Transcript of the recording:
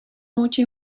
mucha